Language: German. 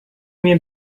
mir